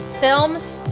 films